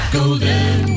Golden